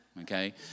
okay